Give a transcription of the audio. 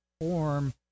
form